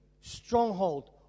stronghold